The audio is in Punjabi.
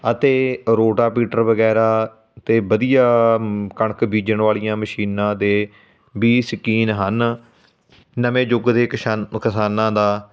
ਅਤੇ ਰੋਟਾਵੀਟਰ ਵਗੈਰਾ ਅਤੇ ਵਧੀਆ ਕਣਕ ਬੀਜਣ ਵਾਲੀਆਂ ਮਸ਼ੀਨਾਂ ਦੇ ਵੀ ਸ਼ੌਂਕੀਨ ਹਨ ਨਵੇਂ ਯੁੱਗ ਦੇ ਕਿਸਾਨ ਕਿਸਾਨਾਂ ਦਾ